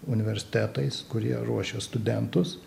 universitetais kurie ruošia studentus